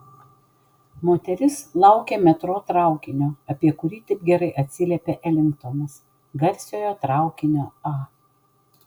moteris laukė metro traukinio apie kurį taip gerai atsiliepė elingtonas garsiojo traukinio a